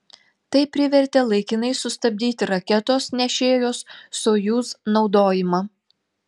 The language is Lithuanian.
tai privertė laikinai sustabdyti raketos nešėjos sojuz naudojimą